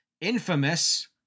infamous